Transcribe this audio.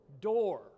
Door